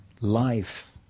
life